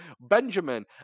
Benjamin